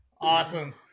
Awesome